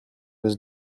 was